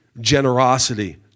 generosity